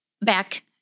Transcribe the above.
Back